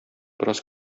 бераз